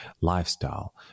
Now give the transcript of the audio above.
lifestyle